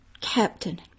captain